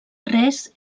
res